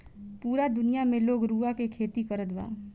पूरा दुनिया में लोग रुआ के खेती करत बा